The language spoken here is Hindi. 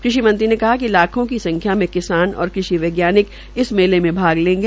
कृषि मंत्रीने कहा कि लाखों की संख्या में किसान और कृषि वैज्ञानिक इस मेले में भाग लेंगे